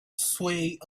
swayed